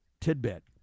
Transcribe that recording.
tidbit